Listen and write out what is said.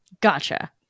Gotcha